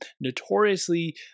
notoriously